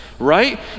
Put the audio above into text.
Right